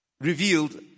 revealed